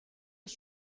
aus